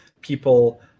people